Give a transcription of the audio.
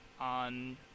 on